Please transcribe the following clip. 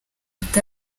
ati